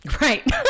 Right